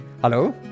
Hello